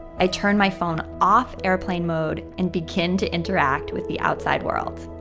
i turn my phone off airplane mode and begin to interact with the outside world.